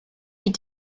die